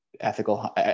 ethical